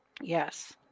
Yes